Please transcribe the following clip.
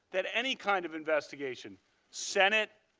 that any kind of investigation senate,